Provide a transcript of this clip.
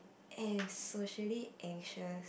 at socially anxious